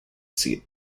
seat